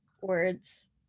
words